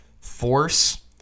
force